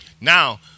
Now